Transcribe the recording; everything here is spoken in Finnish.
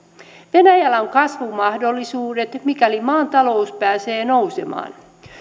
venäjällä on kasvun mahdollisuudet mikäli maan talous pääsee nousemaan